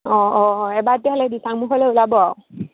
অঁ অঁ অঁ এইবাৰ তেতিয়'লে দিচাংমুখলৈ ওলাব আৰু